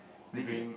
really ah